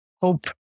hope